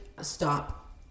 stop